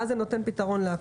אז זה נותן פתרון לכל.